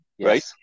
right